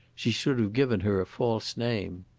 she should have given her a false name.